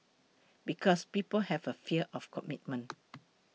because people have a fear of commitment